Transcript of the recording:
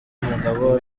umugabo